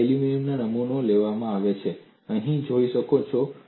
આ એલ્યુમિનિયમ નમૂના માટે લેવામાં આવે છે તમે અહીં જોઈ શકો છો